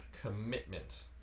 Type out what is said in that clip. commitment